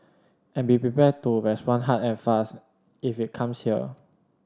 and be prepared to respond hard and fast if it comes here